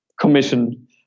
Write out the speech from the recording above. commission